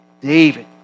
David